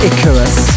Icarus